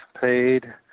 paid